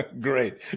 Great